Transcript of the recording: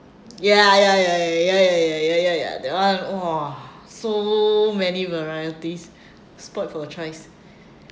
ya ya ya ya ya ya ya ya ya that one !wah! so many varieties spoilt for your choice